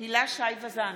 הילה שי וזאן,